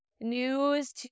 news